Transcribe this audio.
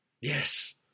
Yes